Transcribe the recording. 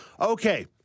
Okay